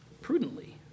prudently